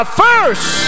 first